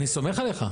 אני סומך עליך.